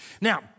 Now